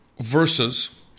versus